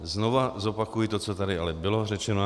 Znovu zopakuji to, co tady ale bylo řečeno.